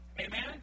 Amen